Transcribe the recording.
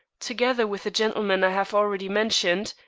together with the gentleman i have already mentioned,